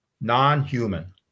non-human